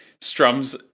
strums